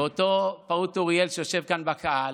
ואותו פעוט, אוריאל, שיושב כאן בקהל,